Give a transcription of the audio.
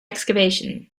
excavation